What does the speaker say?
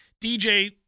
DJ